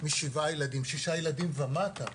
משבעה ילדים, שישה ילדים ומטה.